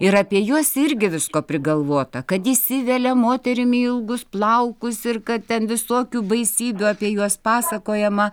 ir apie juos irgi visko prigalvota kad įsivelia moterim į ilgus plaukus ir kad ten visokių baisybių apie juos pasakojama